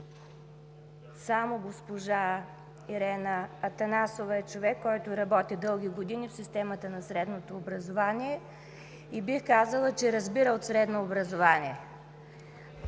Само госпожа Ирена Анастасова е човек, който работи дълги години в системата на средното образование и бих казала, че разбира от средно образование.